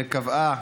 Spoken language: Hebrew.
וקבעה